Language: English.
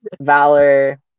valor